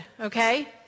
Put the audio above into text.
okay